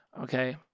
Okay